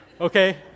okay